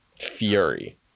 fury